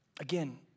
Again